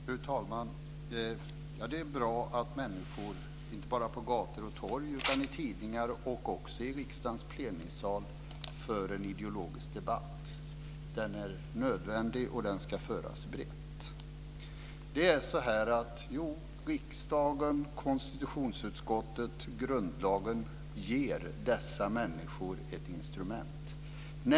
Fru talman! Det är bra att människor inte bara på gator och torg utan i tidningar och även i riksdagens plenisal för en ideologisk debatt. Den är nödvändig, och den ska föras brett. Riksdagen, konstitutionsutskottet och grundlagen ger dessa människor ett instrument.